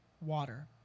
water